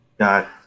got